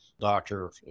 doctor